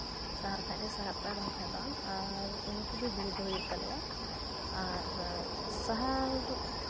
ᱥᱟᱦᱟᱨ ᱠᱷᱟᱡᱞᱮ ᱥᱟᱦᱟᱨᱟᱜᱼᱟ ᱵᱟᱝᱠᱷᱟᱡ ᱵᱟᱝ ᱟᱨ ᱤᱱᱟᱹ ᱛᱮᱜᱮ ᱦᱩᱲᱩ ᱫᱚ ᱦᱩᱭᱩᱜ ᱛᱟᱞᱮᱭᱟ ᱟᱨ ᱥᱟᱦᱟᱨ